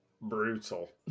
brutal